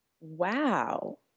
Wow